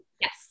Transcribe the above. Yes